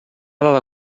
dada